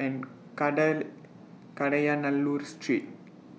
and Kadayanallur Street